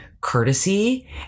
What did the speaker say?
courtesy